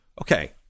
Okay